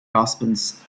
husbands